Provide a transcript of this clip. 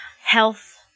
health